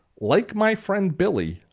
like my friend, billy,